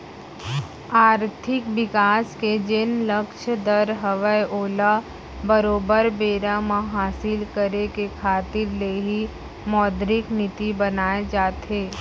आरथिक बिकास के जेन लक्छ दर हवय ओला बरोबर बेरा म हासिल करे के खातिर ले ही मौद्रिक नीति बनाए जाथे